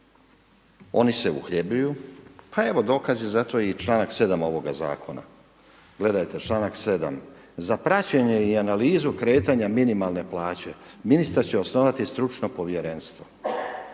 oni se uhljebljuju, pa evo dokaz je za to i članak 7., ovoga Zakona. Gledajte članak 7., za praćenje i analizu kretanja minimalne plaće, ministar će osnovati stručno povjerenstvo.